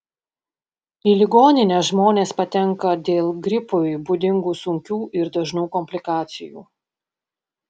į ligoninę žmonės patenka dėl gripui būdingų sunkių ir dažnų komplikacijų